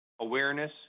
awareness